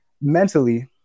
mentally